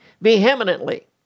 vehemently